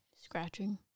scratching